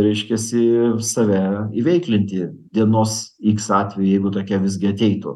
reiškiasi save įveiklinti dienos x atveju jeigu tokia visgi ateitų